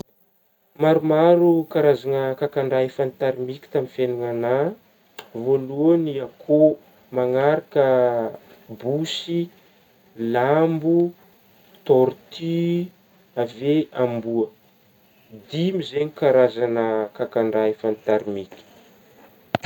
Maromaro karazagna kakan-draha efa notarimiko tamin'ny fiainagnanà voalohany akôhô manaraka bosy lambo tortu avy eo amboa ,dimy zegny karazagna kakan-draha efa notarimiky.